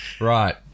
Right